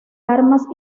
armas